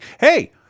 hey